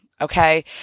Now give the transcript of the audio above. Okay